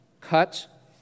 cut